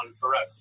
forever